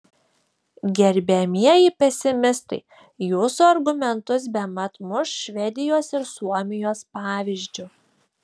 gerbiamieji pesimistai jūsų argumentus bemat muš švedijos ir suomijos pavyzdžiu